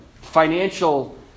financial